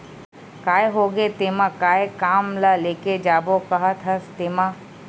काय होगे तेमा काय काम ल लेके जाबो काहत हस तेंमा?